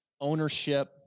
ownership